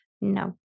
No